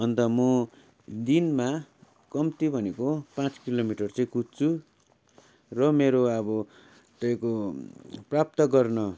अन्त म दिनमा कम्ती भनेको पाँच किलोमिटर चाहिँ कुद्छु र मेरो अब त्यहीँको प्राप्त गर्न